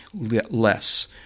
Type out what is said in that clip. less